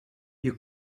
you